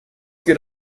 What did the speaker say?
geht